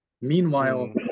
Meanwhile